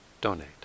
donate